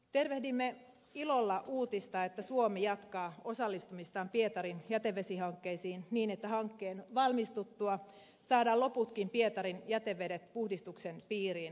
tervehdimme ilolla uutista että suomi jatkaa osallistumistaan pietarin jätevesihankkeisiin niin että hankkeen valmistuttua saadaan loputkin pietarin jätevedet puhdistuksen piiriin